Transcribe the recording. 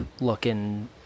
looking